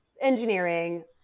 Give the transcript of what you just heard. engineering